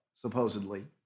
supposedly